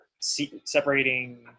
separating